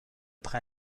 près